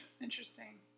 interesting